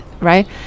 right